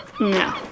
No